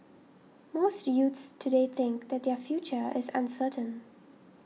most youths today think that their future is uncertain